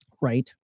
Right